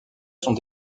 sont